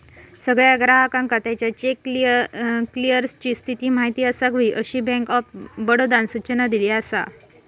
सगळ्या ग्राहकांका त्याच्या चेक क्लीअरन्सची स्थिती माहिती असाक हवी, अशी बँक ऑफ बडोदानं सूचना दिली असा